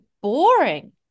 boring